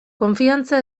konfiantza